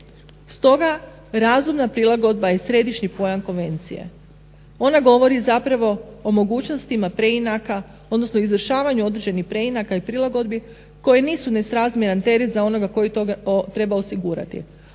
Stoga razumna prilagodba je središnji pojam konvencije. Ona govori zapravo o mogućnostima preinaka odnosno izvršavanju određenih preinaka i prilagodbi koje nisu nesrazmjeran teret za onoga koji to treba osigurati,